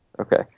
Okay